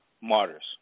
martyrs